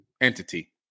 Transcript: entity